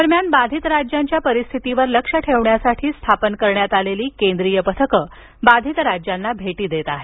दरम्यान बाधित राज्यांच्या परिस्थितीवर लक्ष ठेवण्यासाठी स्थापन करण्यात आलेली केंद्रीय पथक बाधित राज्यांना भेटी देत आहेत